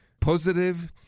positive